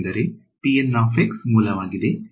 ಯಾಕೆಂದರೆ ಅದು ಮೂಲವಾಗಿದೆ